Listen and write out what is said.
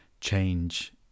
change